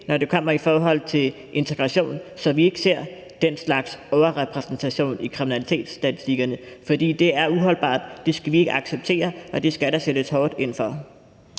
når det kommer til integration, så vi ikke ser den slags overrepræsentation i kriminalitetsstatistikkerne, for det er uholdbart. Det skal vi ikke acceptere, og det skal der sættes hårdt ind over